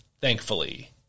thankfully